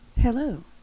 Hello